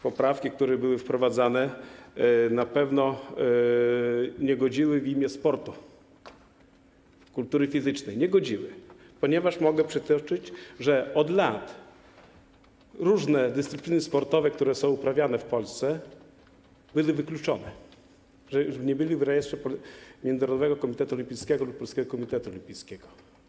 Poprawki, które były wprowadzane, na pewno nie godziły w dobre imię sportu, kultury fizycznej, ponieważ mogę przytoczyć, że od lat różne dyscypliny sportowe, które są uprawiane w Polsce, były wykluczone, że nie były w rejestrze Międzynarodowego Komitetu Olimpijskiego ani Polskiego Komitetu Olimpijskiego.